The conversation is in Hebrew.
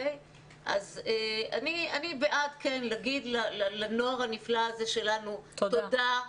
אני בעד כן להגיד לנוער הנפלא הזה שלנו: תודה,